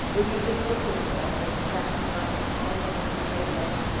will you devote yourself, and sacrifice all to this great end,